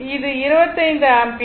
இது 25 ஆம்பியர்